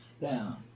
down